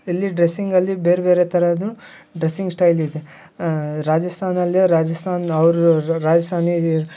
ಇಲ್ಲಿ ಡ್ರೆಸಿಂಗಲ್ಲಿ ಬೇರೆ ಬೇರೆ ಥರದ್ದು ಡ್ರೆಸಿಂಗ್ ಶ್ಟೈಲ್ ಇದೆ ರಾಜಸ್ಥಾನದಲ್ಲಿ ರಾಜಸ್ಥಾನ್ ಅವರು ರಾಜಸ್ಥಾನೀದು